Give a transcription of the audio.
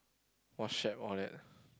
!wah! shag all that